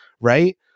right